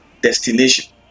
destination